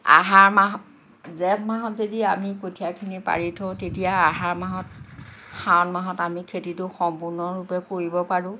আহাৰ মাহ জেঠ মাহত যদি আমি কঠীয়াখিনি পাৰি থওঁ তেতিয়া আহাৰ মাহত শাওণ মাহত আমি খেতিটো সম্পূৰ্ণৰূপে কৰিব পাৰোঁ